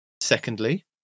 Secondly